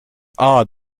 odd